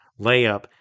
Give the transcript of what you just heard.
layup